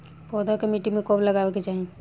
पौधा के मिट्टी में कब लगावे के चाहि?